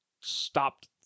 stopped